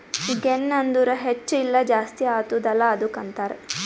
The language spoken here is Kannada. ಗೆನ್ ಅಂದುರ್ ಹೆಚ್ಚ ಇಲ್ಲ ಜಾಸ್ತಿ ಆತ್ತುದ ಅಲ್ಲಾ ಅದ್ದುಕ ಅಂತಾರ್